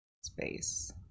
space